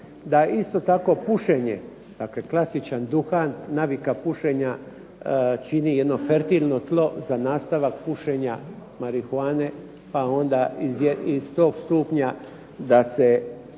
Da isto tako pušenje, dakle klasičan duhan, navika pušenja čini jedno fertilno tlo za nastavak pušenja marihuane. Pa iz toga stupnja iz lakih